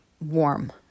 warm